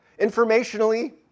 informationally